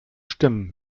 stimmen